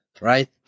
right